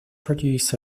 produce